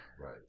Right